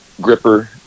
gripper